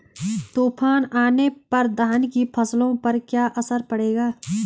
तूफान आने पर धान की फसलों पर क्या असर पड़ेगा?